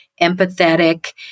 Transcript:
empathetic